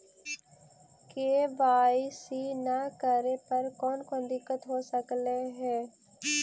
KYC न करे पर कौन कौन दिक्कत हो सकले हे?